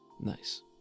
Nice